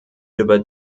über